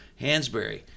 Hansberry